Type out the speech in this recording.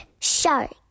shark